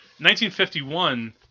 1951